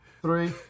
three